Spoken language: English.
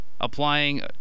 applying